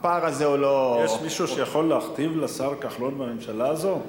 יש מישהו שיכול להכתיב לשר כחלון בממשלה הזאת?